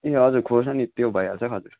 ए हजुर खोर्सानी त्यो भइहाल्छ हजुर